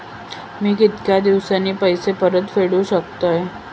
मी कीतक्या दिवसांनी पैसे परत फेडुक शकतय?